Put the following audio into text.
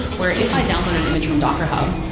where if i download an image from docker hub,